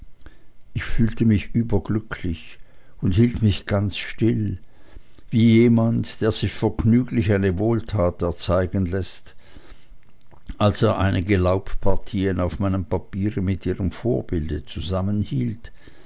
ich fühlte mich überglücklich und hielt mich ganz still wie jemand der sich vergnüglich eine wohltat erzeigen läßt als er einige laubpartien auf meinem papiere mit ihrem vorbilde zusammenhielt